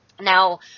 Now